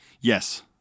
Yes